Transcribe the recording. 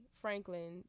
Franklin